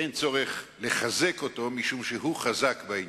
אין צורך לחזק אותו, משום שהוא חזק בעניין.